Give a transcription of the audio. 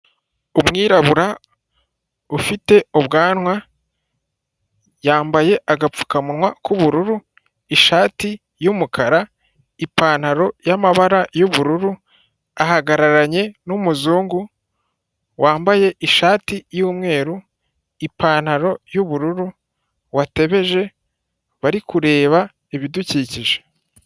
Umwirabura ufite ubwanwa yambaye agapfukamunwa k'ubururu, ishati y'umukara, ipantaro y'amabara y'ubururu. Ahagararanye n'umuzungu wambaye ishati y'umweru, ipantaro y'ubururu watebeje bari kureba ibidukikije.